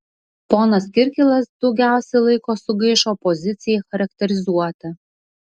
ponas kirkilas daugiausiai laiko sugaišo opozicijai charakterizuoti